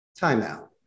Timeout